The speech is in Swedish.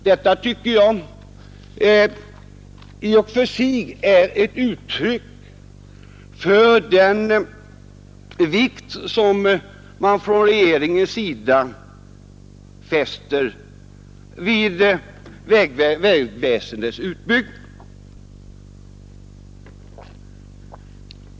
Detta tycker jag i och för sig är ett uttryck för vilken vikt regeringen lägger vid vägväsendets utbyggnad.